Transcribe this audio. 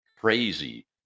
crazy